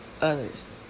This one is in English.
others